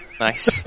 Nice